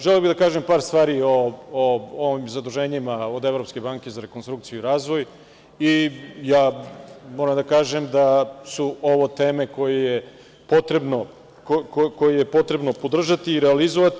Želeo bih da kažem par stvari o zaduženjima od Evropske banke za rekonstrukciju i razvoj i ja moram da kažem da su ovo teme koje je potrebno podržati i realizovati.